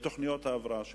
בתוכניות ההבראה שלהם,